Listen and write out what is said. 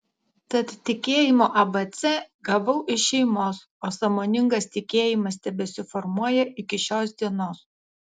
tad tikėjimo abc gavau iš šeimos o sąmoningas tikėjimas tebesiformuoja iki šios dienos